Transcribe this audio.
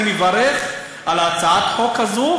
אני מברך על הצעת החוק הזאת,